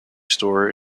store